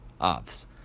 Ops